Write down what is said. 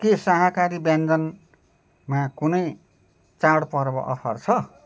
के शाकाहारी व्यञ्जनमा कुनै चाडपर्व अफर छ